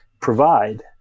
provide